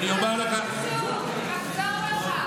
תחזור בך.